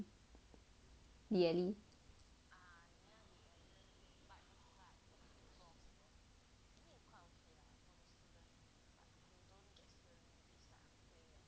nearly